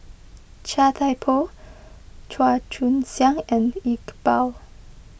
Chia Thye Poh Chua Joon Siang and Iqbal